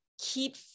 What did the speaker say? keep